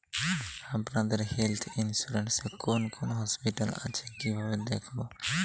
আপনাদের health insurance এ কোন কোন হসপিটাল আছে কিভাবে দেখবো?